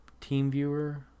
TeamViewer